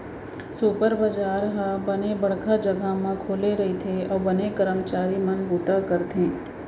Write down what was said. super बजार ह बने बड़का जघा म खुले रइथे अउ बने करमचारी मन बूता करथे